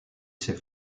ses